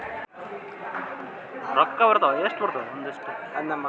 online ನಾಗ್ loan ಕೊಡ್ತಾರ್ ಅಂದುರ್ನು ನಾವ್ ಮೊದುಲ ಅದುಕ್ಕ ಅಪ್ಲಿಕೇಶನ್ ಹಾಕಬೇಕ್